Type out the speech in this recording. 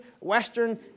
Western